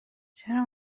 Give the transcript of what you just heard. چرا